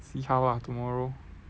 see how lah tomorrow